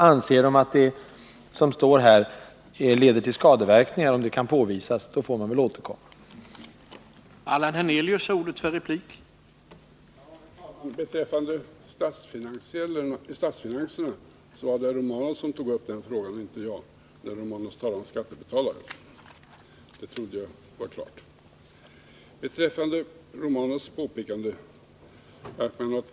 Anser den att det som står här leder till skadeverkningar, och sådana kan påvisas, får man väl Nr 109